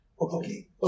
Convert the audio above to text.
Okay